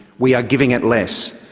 we are giving it less,